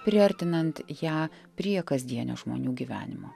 priartinant ją prie kasdienio žmonių gyvenimo